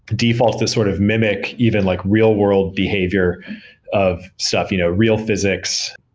default to sort of mimic even like real-world behavior of stuff, you know real physics,